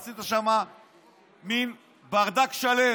עשית שם מין ברדק שלם.